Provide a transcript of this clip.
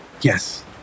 Yes